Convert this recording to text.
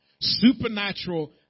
Supernatural